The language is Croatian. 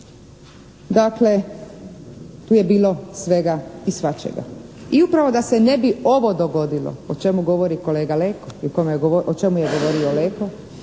Dakle tu je bilo svega i svačega. I upravo da se ne bi ovo dogodilo o čemu govorio